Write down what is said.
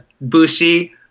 Bushi